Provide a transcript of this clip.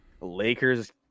Lakers